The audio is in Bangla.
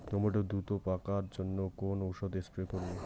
টমেটো দ্রুত পাকার জন্য কোন ওষুধ স্প্রে করব?